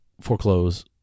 foreclose